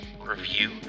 review